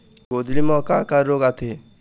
गोंदली म का का रोग आथे?